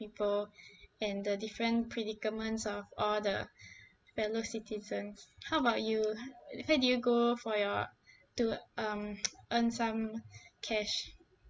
people and the different predicaments of all the fellow citizens how about you where do you go for your to um earn some cash